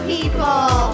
People